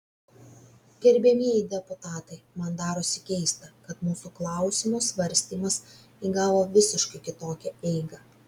gerbiamieji deputatai man darosi keista kad mūsų klausimo svarstymas įgavo visiškai kitokią eigą